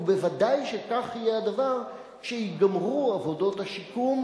וודאי שכך יהיה הדבר כשייגמרו עבודות השיקום,